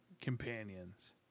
companions